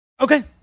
Okay